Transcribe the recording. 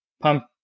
pump